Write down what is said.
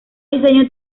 diseño